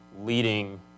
leading